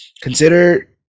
Consider